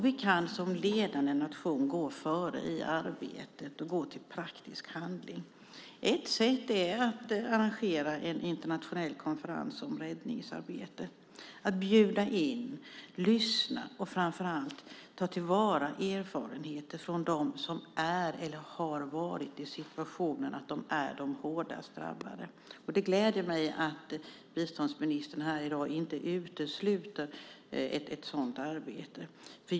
Vi kan som ledande nation gå före i arbetet och gå till praktisk handling. Ett sätt är att arrangera en internationell konferens om räddningsarbete och bjuda in, lyssna och framför allt ta till vara erfarenheter från dem som är eller har varit i den situationen att de är de hårdast drabbade. Det gläder mig att biståndsministern här i dag inte utesluter ett sådant arbete.